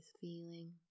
feeling